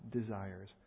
desires